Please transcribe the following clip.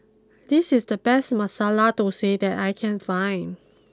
this is the best Masala Dosa that I can find